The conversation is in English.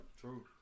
true